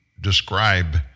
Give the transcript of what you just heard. describe